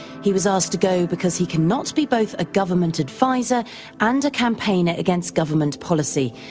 he was asked to go because he cannot be both a government adviser and campaigner against government policy.